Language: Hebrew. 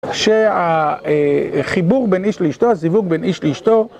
כשהחיבור בין איש לאשתו, הזיווג בין איש לאשתו